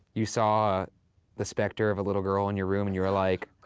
you saw the specter of a little girl in your room and you were like,